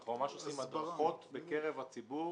אנחנו ממש עושים הדרכות בקרב הציבור